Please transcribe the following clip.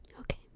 Okay